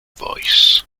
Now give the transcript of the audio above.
voice